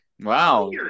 Wow